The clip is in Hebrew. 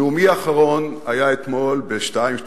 נאומי האחרון היה בשעה 02:00,